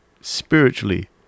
spiritually